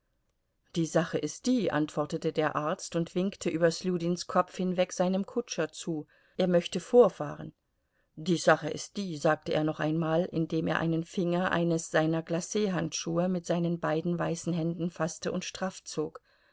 die sache ist die antwortete der arzt und winkte über sljudins kopf hinweg seinem kutscher zu er möchte vorfahren die sache ist die sagte er noch einmal indem er einen finger eines seiner glachandschuhe mit seinen beiden weißen händen faßte und